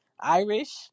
irish